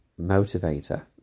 motivator